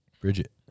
Bridget